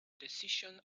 decision